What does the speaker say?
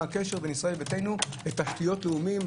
הקשר בין ישראל ביתנו לתשתיות לאומיים,